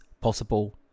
possible